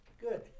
good